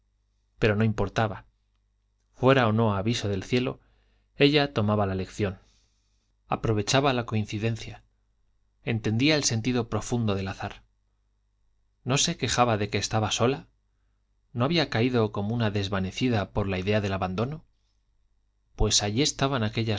pero no importaba fuera o no aviso del cielo ella tomaba la lección aprovechaba la coincidencia entendía el sentido profundo del azar no se quejaba de que estaba sola no había caído como desvanecida por la idea del abandono pues allí estaban aquellas